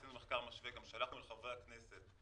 עשינו מחקר משווה וגם שלחנו אותו לחברי הכנסת.